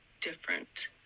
different